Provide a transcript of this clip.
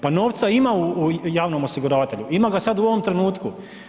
Pa novca ima u javnom osiguravatelju, ima ga sad u ovom trenutku.